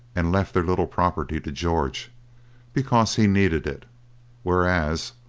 and left their little property to george because he needed it whereas,